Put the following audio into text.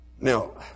Now